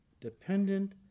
dependent